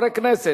הרווחה והבריאות.